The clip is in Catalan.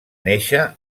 néixer